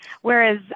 Whereas